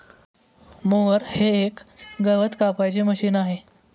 mower हे एक गवत कापायचे मशीन आहे